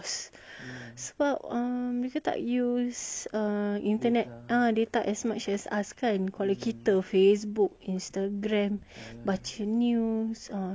sebab mereka tak use internet ah data as much as us kan kalau kita facebook instagram baca news uh semua lah